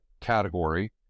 category